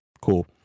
cool